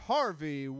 Harvey